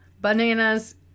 bananas